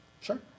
sure